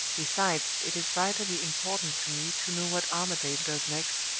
besides, it is vitally important to me to know what armadale does next,